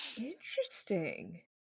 Interesting